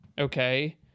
Okay